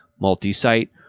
multi-site